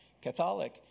Catholic